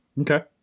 Okay